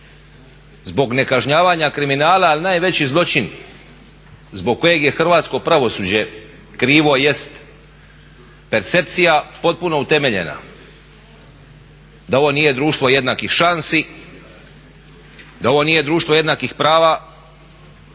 zbog nekažnjavanja kriminala ali najveći zločin zbog kojeg je hrvatsko pravosuđe krivo jest percepcija potpuno utemeljena da ovo nije društvo jednakih šansi, da ovo nije društvo jednakih prava